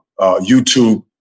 YouTube